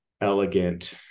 elegant